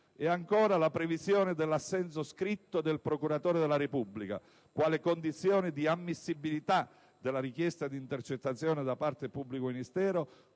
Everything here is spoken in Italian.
Ancora, la previsione dell'assenso scritto del procuratore della Repubblica, quale condizione di ammissibilità della richiesta di intercettazione da parte del pubblico ministero,